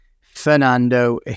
Fernando